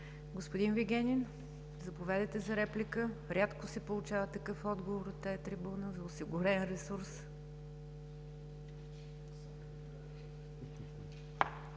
Господин Вигенин, заповядайте за реплика. Рядко се получава такъв отговор от тази трибуна за осигурен ресурс.